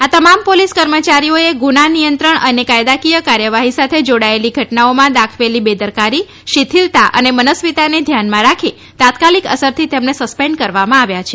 આ તમામ પોલીસ કર્મચારીઓએ ગુના નિયંત્રણ અને કાયદાકીય કાર્યવાહી સાથે જોડાયેલી ઘટનાઓમાં કરેલી કામમાં બેદરકારી શિથિલતા અને મનસ્વીતાને ધ્યાનમાં રાખી તાત્કાલિક અસરથી તેમને સસ્પેન્ડ કરવામાં આવ્યા છે